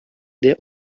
der